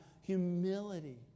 Humility